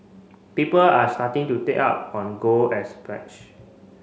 people are starting to take up on gold as pledge